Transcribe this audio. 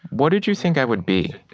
what did you think i would be?